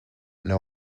know